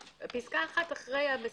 העירייה.